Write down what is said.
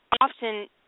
often